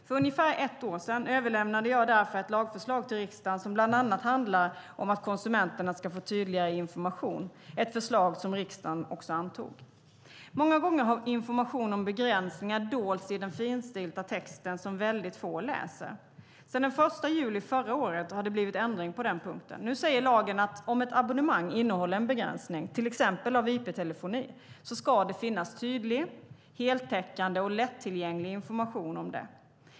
För ungefär ett år sedan överlämnade jag därför ett lagförslag till riksdagen som bland annat handlar om att konsumenterna ska få tydligare information, ett förslag som riksdagen också antog. Många gånger har information om begränsningar dolts i den finstilta texten som väldigt få läser. Sedan den 1 juli förra året har det blivit ändring på den punkten. Nu säger lagen att om ett abonnemang innehåller en begränsning, till exempel av IP-telefoni, ska det finnas tydlig, heltäckande och lättillgänglig information om det.